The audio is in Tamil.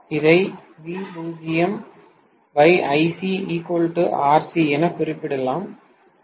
இதை VoIc Rc என குறிப்பிடலாம்